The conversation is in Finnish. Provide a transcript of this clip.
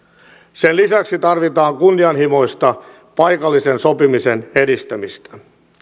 sen lisäksi tarvitaan kunnianhimoista paikallisen sopimisen edistämistä